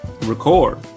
record